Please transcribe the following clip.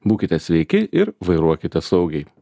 būkite sveiki ir vairuokite saugiai